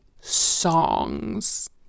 songs